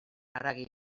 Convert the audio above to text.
haragi